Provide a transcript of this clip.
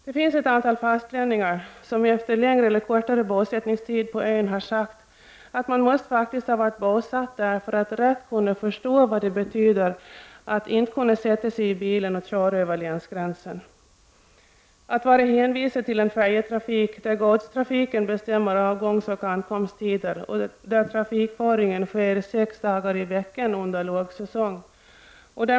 Det finns ett antal fåstlänningar som efter en längre eller kortare bosättningstid på ön har sagt att man måste ha varit bosatt på ön för att rätt kunna förstå vad det betyder att inte kunna sätta sig i bilen och köra över länsgränsen. Man är hänvisad till en färjetrafik där godstrafiken bestämmer avgångsoch ankomsttider och där trafikföringen sker sex dagar i veckan under lågsäsong.